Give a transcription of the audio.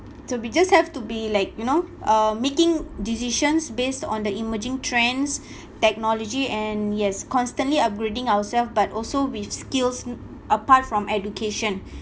so we just have to be like you know uh making decisions based on the emerging trends technology and yes constantly upgrading ourselves but also with skills apart from education